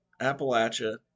Appalachia